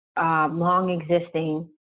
long-existing